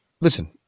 listen